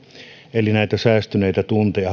eli näitä säästyneitä tunteja